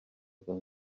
than